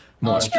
More